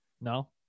No